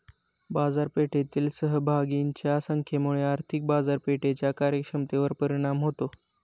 बाजारपेठेतील सहभागींच्या संख्येमुळे आर्थिक बाजारपेठेच्या कार्यक्षमतेवर परिणाम होतो